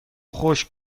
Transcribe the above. خشک